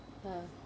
ah